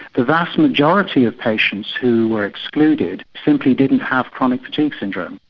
the vast majority of patients who were excluded simply didn't have chronic fatigue syndrome.